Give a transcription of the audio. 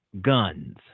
guns